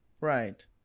right